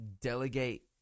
delegate